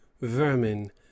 vermin